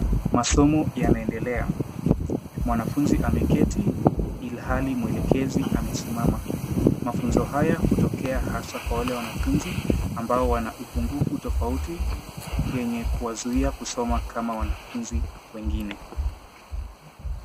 Masomo yanaendeleo. Mwanafunzi ameketi ilhali mwelekezi amesimama. Mafunzo haya hutokea hasa kwa wale wanafunzi ambao wana upungufu tofauti, yenye kuwazuia kusoma kama wanafunzi wengine.